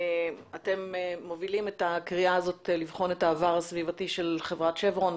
אתם מובילים את הקריאה לבחון את העבר הסביבתי של חברת שברון.